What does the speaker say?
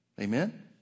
Amen